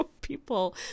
people